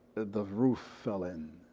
the roof fell in.